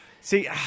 See